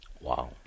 Wow